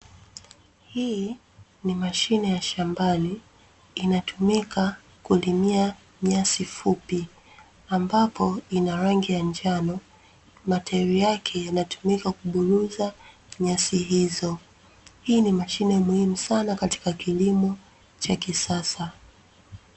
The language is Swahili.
Hii ni mashine ya shambani inatumika kulimia nyasi fupi ambapo ina rangi ya njano, matairi yake yanatumika kuburuza nyasi hizo. Hii ni mashine muhimu sana katika kilimo cha kisasa.